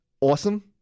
Awesome